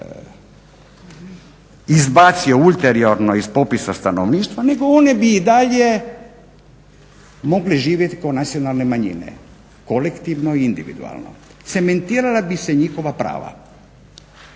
izbacilo ulteriorno iz popisa stanovništva, nego one bi i dalje mogle živjeti kao nacionalne manjine kolektivno i individualno. Cementirala bi se njihova prava.